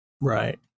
Right